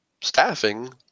staffing